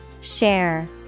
Share